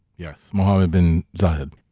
yes. mohammed bin zayed.